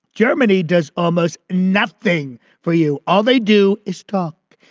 germany does almost nothing for you. all they do is talk.